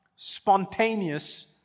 spontaneous